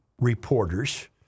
reporters